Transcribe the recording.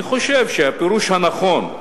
אני חושב שהפירוש הנכון הוא